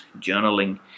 journaling